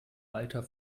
alter